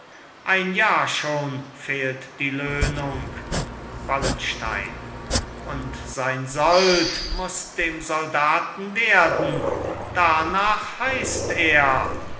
ein jahr schon fehlt die löhnung wallenstein und sein sold muß dem soldaten werden darnach heißt er